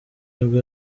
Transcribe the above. nibwo